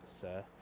sir